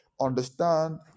Understand